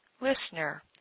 Listener